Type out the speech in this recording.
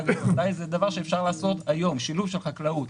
לדבר שאפשר לעשות היום הוא שילוב של חקלאות,